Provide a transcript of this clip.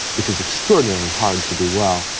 which is extraordinarily hard to do well,